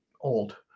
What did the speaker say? old